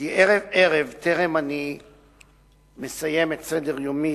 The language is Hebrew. כי ערב-ערב, בטרם אני מסיים את סדר-יומי,